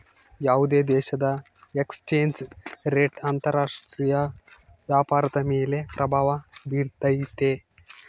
ಯಾವುದೇ ದೇಶದ exchange rate ಅಂತರ ರಾಷ್ಟ್ರೀಯ ವ್ಯಾಪಾರದ ಮೇಲೆ ಪ್ರಭಾವ ಬಿರ್ತೈತೆ